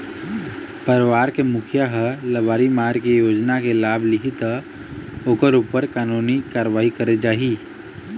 परवार के मुखिया ह लबारी मार के योजना के लाभ लिहि त ओखर ऊपर कानूनी कारवाही करे जाही